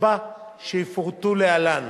לקצבה שיפורטו להלן.